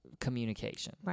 communication